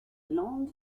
land